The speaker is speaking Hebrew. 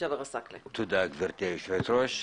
גברתי השרה, גברתי יושבת הראש.